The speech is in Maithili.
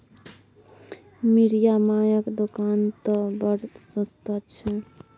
मिरिया मायक दोकान तए बड़ सस्ता छै